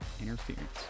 Interference